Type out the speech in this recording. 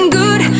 good